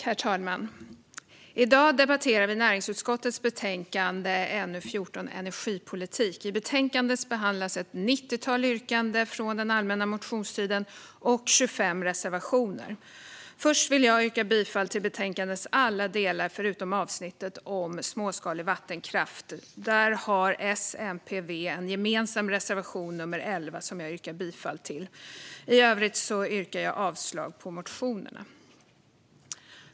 Herr talman! I dag debatterar vi näringsutskottets betänkande NU14 Energipolitik . I betänkandet behandlas ett nittiotal yrkanden från allmänna motionstiden, och det finns 25 reservationer. Först vill jag yrka bifall till utskottets förslag i betänkandets alla delar förutom avsnittet om småskalig vattenkraft. Där har S, MP och V en gemensam reservation, nr 11, som jag yrkar bifall till. Jag yrkar avslag på övriga motioner.